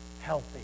healthy